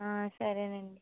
సరే అండి